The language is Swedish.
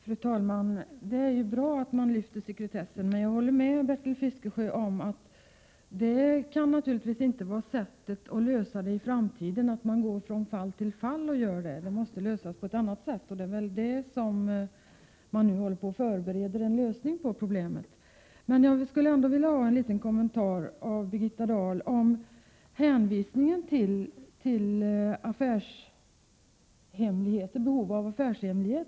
Fru talman! Det är bra att man lyfter sekretessen, men jag håller med Bertil Fiskesjö om att man inte skall behöva lösa de här frågorna från fall till fall. Det måste bli en annan lösning, och det är väl det som man nu håller på att förbereda. Jag skulle vilja ha en kommentar från Birgitta Dahl beträffande hänvisningen till att det handlar om affärshemligheter.